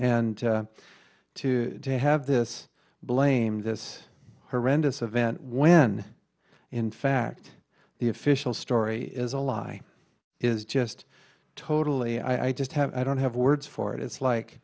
and to have this blame this horrendous event when in fact the official story is a lie is just totally i just have i don't have words for it it's like